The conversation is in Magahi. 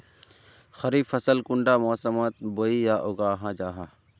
खरीफ फसल कुंडा मोसमोत बोई या उगाहा जाहा?